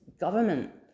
government